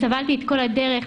סבלתי כל הדרך,